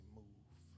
move